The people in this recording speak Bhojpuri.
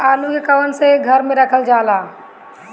आलू के कवन से घर मे रखल जाला?